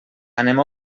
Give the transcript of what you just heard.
anem